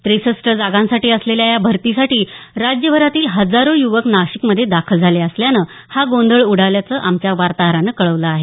त्रेसष्ट जागांसाठी असलेल्या या भरतीसाठी राज्यभरातील हजारो युवक नाशिकमध्ये दाखल झाले हा गोंधळ उडाल्याचं असल्याचं आमच्या वार्ताहरानं कळवलं आहे